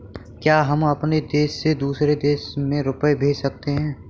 क्या हम अपने देश से दूसरे देश में रुपये भेज सकते हैं?